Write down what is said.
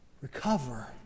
Recover